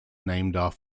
named